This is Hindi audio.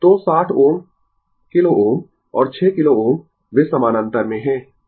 तो 60 Ω किलो Ω और 6 किलो Ω वे समानांतर में है